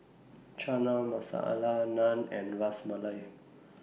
Chana Masala Naan and Ras Malai